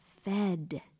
fed